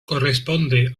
corresponde